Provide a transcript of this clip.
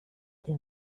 der